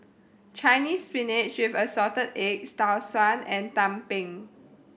Chinese Spinach with Assorted Eggs Tau Suan and Tumpeng